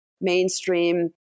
mainstream